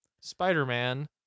Spider-Man